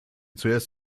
zuerst